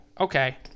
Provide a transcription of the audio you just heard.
Okay